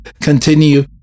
continue